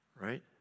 right